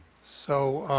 so